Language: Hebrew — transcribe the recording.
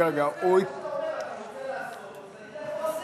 מה שאתה אומר, אתה רוצה לעשות, תגיד איך עושים.